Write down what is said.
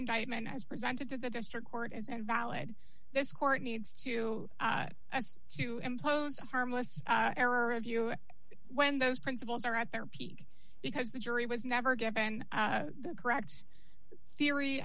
indictment as presented to the district court as invalid this court needs to as to impose a harmless error of you when those principles are at their peak because the jury was never given the correct theory